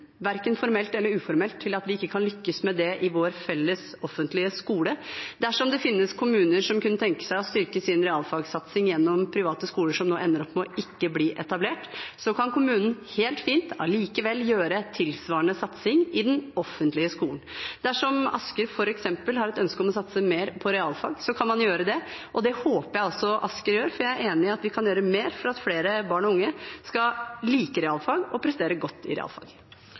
verken formelt eller uformelt, til at vi ikke kan lykkes med det i vår felles offentlige skole. Dersom det finnes kommuner som kunne tenke seg å styrke sin realfagsatsing gjennom private skoler som nå ender opp med å ikke bli etablert, kan kommunen helt fint likevel gjøre tilsvarende satsing i den offentlige skolen. Dersom f.eks. Asker har et ønske om å satse mer på realfag, kan man gjøre det, og det håper jeg Asker gjør, for jeg er enig i at vi kan gjøre mer for at flere barn og unge skal like realfag og prestere godt i realfag.